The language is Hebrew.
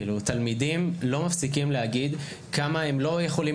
תלמידים לא מפסיקים להגיד כמה הם לא יכולים